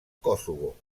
kosovo